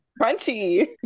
Crunchy